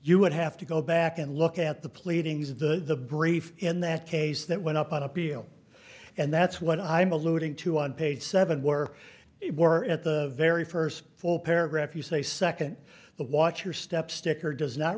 you would have to go back and look at the pleadings of the brief in that case that went up on appeal and that's what i'm alluding to on page seven were were at the very first full paragraph you say second the watch your step sticker does not